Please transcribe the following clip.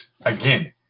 Again